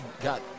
got